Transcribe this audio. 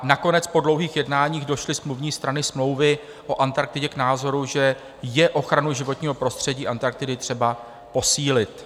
Nakonec po dlouhých jednáních došly smluvní strany Smlouvy o Antarktidě k názoru, že je ochranu životního prostředí Antarktidy třeba posílit.